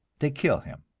they kill him